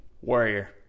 Warrior